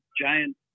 giant